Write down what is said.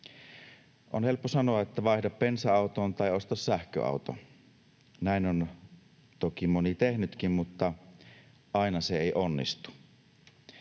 On helppo sanoa, että vaihda bensa-autoon tai osta sähköauto. Näin on toki moni tehnytkin, mutta aina se ei onnistu.